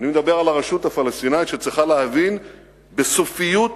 אני מדבר על הרשות הפלסטינית שצריכה להכיר בסופיות הסכסוך.